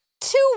Two